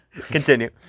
Continue